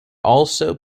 also